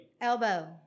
Elbow